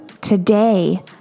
today